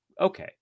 okay